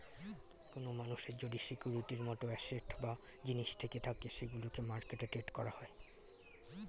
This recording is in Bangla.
কোন মানুষের যদি সিকিউরিটির মত অ্যাসেট বা জিনিস থেকে থাকে সেগুলোকে মার্কেটে ট্রেড করা হয়